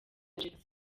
jenoside